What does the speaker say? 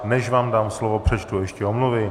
Než vám dám slovo, přečtu ještě omluvy.